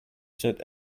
showed